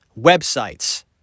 Websites